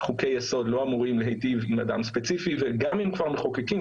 חוקי יסוד לא אמורים להיטיב עם אדם ספציפי וגם אם כבר מחוקקים,